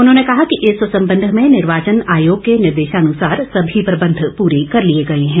उन्होंने कहा कि इस संबंध में निर्वाचन आयोग के निर्देशानुसार सभी प्रबंध पूरे कर लिए गए हैं